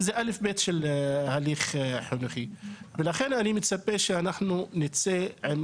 זה א׳ ב׳ של הליך חינוכי ולכן אני מצפה שאנחנו נמצא מכאן עם